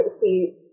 see